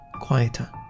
quieter